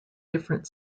different